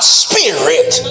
spirit